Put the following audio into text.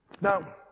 Now